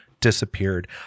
disappeared